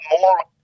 more